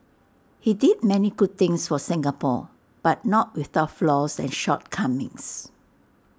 he did many good things for Singapore but not without flaws and shortcomings